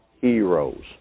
heroes